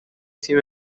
تیم